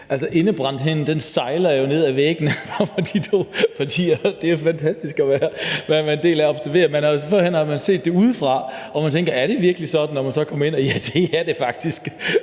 Altså, indebrændtheden siver jo ned ad væggene hos de to partier. Det er fantastisk at være en del af at observere. Og altså, førhen har man jo se det udefra, og man har tænkt: Er det virkelig sådan? Når man så kommer ind, ser man, at ja, det er det faktisk.